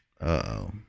Uh-oh